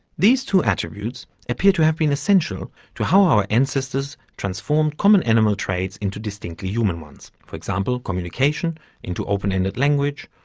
these two attributes appear to have been essential to how our ancestors transformed common animal traits into distinctly human ones for example communication into open-ended language,